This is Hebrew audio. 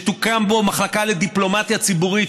שתוקם בו מחלקה לדיפלומטיה ציבורית